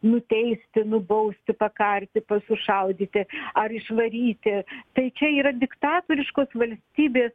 nuteisti nubausti pakarti sušaudyti ar išvaryti tai čia yra diktatoriškos valstybės